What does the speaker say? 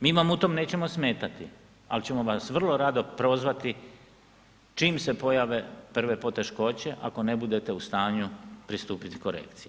Mi vam u tom nećemo smetati, al ćemo vas vrlo rado prozvati čim se pojave prve poteškoće ako ne budete u stanju pristupiti korekcijama.